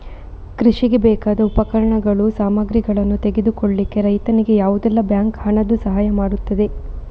ಕೃಷಿಗೆ ಬೇಕಾದ ಉಪಕರಣಗಳು, ಸಾಮಗ್ರಿಗಳನ್ನು ತೆಗೆದುಕೊಳ್ಳಿಕ್ಕೆ ರೈತನಿಗೆ ಯಾವುದೆಲ್ಲ ಬ್ಯಾಂಕ್ ಹಣದ್ದು ಸಹಾಯ ಮಾಡ್ತದೆ?